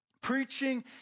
preaching